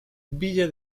ville